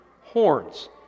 horns